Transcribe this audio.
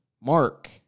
Mark